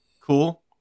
cool